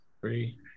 Three